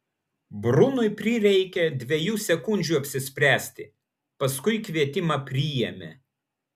brunui prireikė dviejų sekundžių apsispręsti paskui kvietimą priėmė